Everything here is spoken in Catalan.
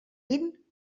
vint